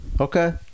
Okay